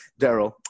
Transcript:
Daryl